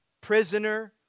prisoner